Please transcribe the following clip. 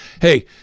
Hey